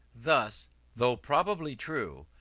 thus though probably true,